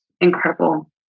incredible